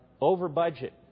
over-budget